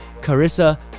Carissa